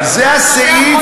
זה הסעיף,